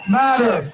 matter